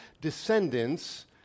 descendants